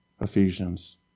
Ephesians